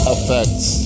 Effects